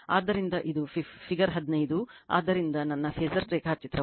ಆದ್ದರಿಂದ ಇದು ಫಿಗರ್ 15 ಆದ್ದರಿಂದ ಇದು ನನ್ನ ಫಾಸರ್ ರೇಖಾಚಿತ್ರವಾಗಿದೆ